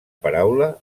paraula